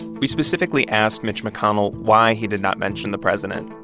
we specifically asked mitch mcconnell why he did not mention the president,